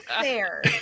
fair